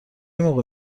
موقع